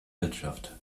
wirtschaft